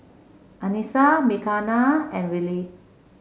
Anissa Mckenna and Wiley